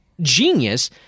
genius